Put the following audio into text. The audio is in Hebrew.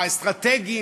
האסטרטגיים,